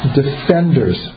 defenders